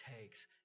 takes